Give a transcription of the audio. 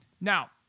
Now